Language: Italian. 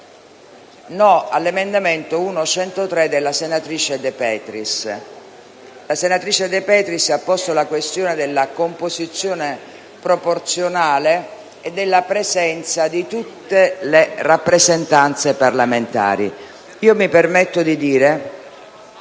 all'emendamento 1.103, la senatrice De Petris ha posto la questione della composizione proporzionale e della presenza di tutte le rappresentanze parlamentari.